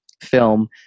film